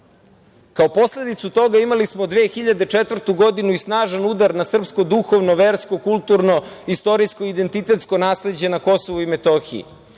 Kao posledicu toga imali smo 2004. godinu i snažan udar na srpsko duhovno, versko, kulturno, istorijsko i identitetsko nasleđe na Kosovu i Metohiji.